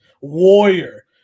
Warrior